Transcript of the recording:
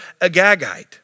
Agagite